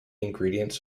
ingredients